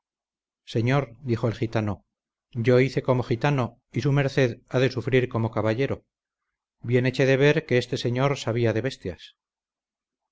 señor dijo el gitano yo hice como gitano y su merced ha de sufrir como caballero bien eché de ver que este señor sabía de bestias